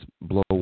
blow